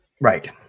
Right